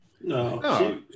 No